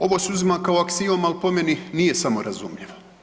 Ovo se uzima kao aksiom, al po meni nije samo razumljivo.